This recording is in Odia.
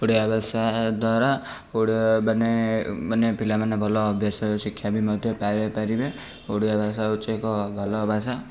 ଓଡ଼ିଆ ଭାଷା ଦ୍ୱାରା ଓଡ଼ିଆ ମାନେ ମାନେ ପିଲାମାନେ ଭଲ ଅଭ୍ୟାସ ଆଉ ଶିକ୍ଷା ବି ମଧ୍ୟ ପାଇପାରିବେ ଓଡ଼ିଆ ଭାଷା ହେଉଛି ଏକ ଭଲ ଭାଷା